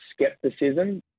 Skepticism